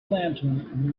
lantern